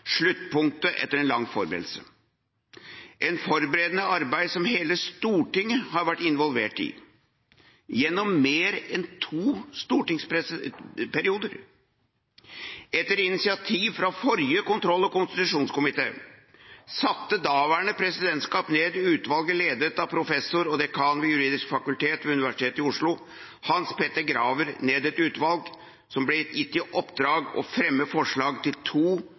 sluttpunktet etter en lang forberedelse, et forberedende arbeid som hele Stortinget har vært involvert i gjennom mer enn to stortingsperioder. Etter initiativ fra forrige kontroll- og konstitusjonskomité satte daværende presidentskap ned utvalget ledet av professor og dekan ved Det juridiske fakultet ved Universitetet i Oslo, Hans Petter Graver, som ble gitt i oppdrag å fremme forslag til to